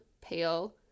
pale